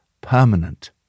permanent